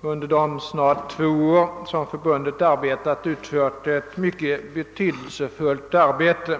under de snart två år förbundet arbetat gjort mycket värdefulla insatser.